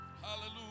hallelujah